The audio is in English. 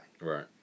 Right